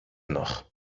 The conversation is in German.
noch